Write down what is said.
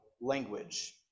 language